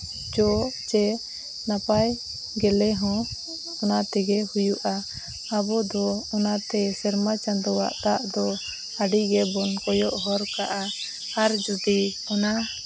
ᱡᱚ ᱥᱮ ᱱᱟᱯᱟᱭ ᱜᱮᱞᱮ ᱦᱚᱸ ᱚᱱᱟ ᱛᱮᱜᱮ ᱦᱩᱭᱩᱜᱼᱟ ᱟᱵᱚ ᱫᱚ ᱚᱱᱟᱛᱮ ᱥᱮᱨᱢᱟ ᱪᱟᱸᱫᱚᱣᱟᱜ ᱫᱟᱜ ᱫᱚ ᱟᱹᱰᱤ ᱜᱮᱵᱚᱱ ᱠᱚᱭᱚᱜ ᱦᱚᱨ ᱠᱟᱜᱼᱟ ᱟᱨ ᱡᱩᱫᱤ ᱚᱱᱟ